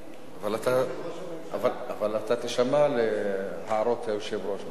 אבל אתה תישמע להערות היושב-ראש, נכון?